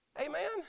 Amen